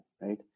Right